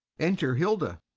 enter hilda